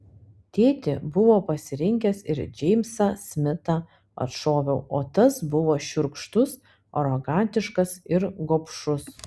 tėtė buvo pasirinkęs ir džeimsą smitą atšoviau o tas buvo šiurkštus arogantiškas ir gobšus